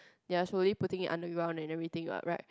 they're slowly putting it underground and everything what right